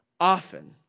often